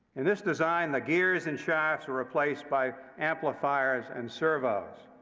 in this design, the gears and shafts were replaced by amplifiers and servos.